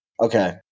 Okay